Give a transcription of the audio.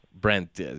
Brent